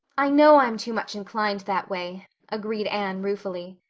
i know i'm too much inclined that, way agreed anne ruefully.